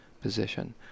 position